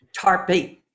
Tarpy